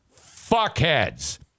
fuckheads